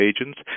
agents